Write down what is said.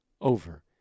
over